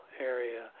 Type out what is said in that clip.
area